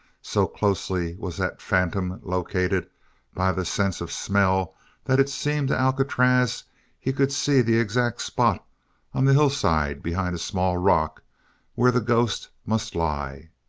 so closely was that phantom located by the sense of smell that it seemed to alcatraz he could see the exact spot on the hillside behind a small rock where the ghost must lie.